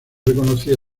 reconocía